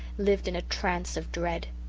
lived in a trance of dread.